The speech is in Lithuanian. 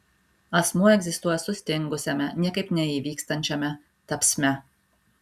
asmuo egzistuoja sustingusiame niekaip neįvykstančiame tapsme